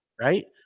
right